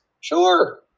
Sure